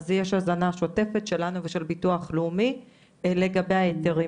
אז יש הזנה שוטפת שלנו ושל ביטוח לאומי לגבי ההיתרים.